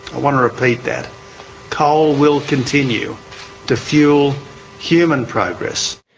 i want to repeat that coal will continue to fuel human progress.